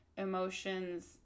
emotions